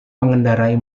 mengendarai